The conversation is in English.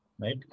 right